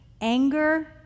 anger